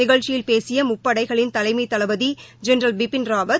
நிகழ்ச்சியில் பேசிய முப்படைகளின் தலைமை தளபதி ஜெனரல் பிபின் ராவத்